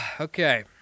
Okay